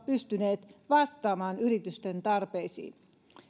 pystyneet vastaamaan yritysten tarpeisiin